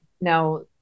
Now